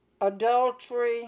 adultery